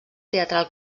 teatral